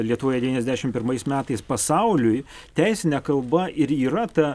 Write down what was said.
lietuvoje devyniasdešimt pirmais metais pasauliui teisine kalba ir yra ta